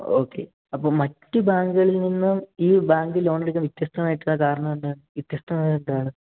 okay അപ്പോൾ മറ്റ് ബാങ്കുകളിൽ നിന്നും ഈ ബാങ്ക് ലോണെടുക്കുക വ്യത്യസ്തമായിട്ടുള്ള കാരണമെന്താണ് വ്യത്യസ്തമാകാൻ കാരണം